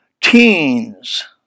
teens